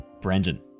Brandon